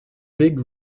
big